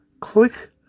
click